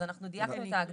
אז אנחנו דייקנו את ההגדרה.